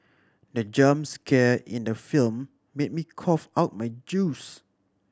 the jump scare in the film made me cough out my juice